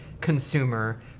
consumer